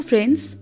Friends